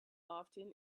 often